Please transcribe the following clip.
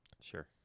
Sure